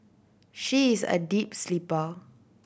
she is a deep sleeper